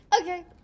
Okay